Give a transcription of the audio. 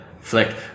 flick